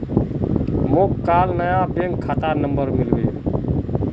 मोक काल नया बैंक खाता नंबर मिलबे